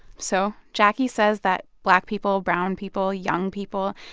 so jackie says that black people, brown people, young people,